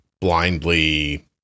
blindly